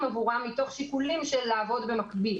עבורם מתוך שיקולים של לעבוד במקביל,